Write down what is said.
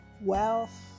wealth